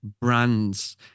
brands